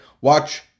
watch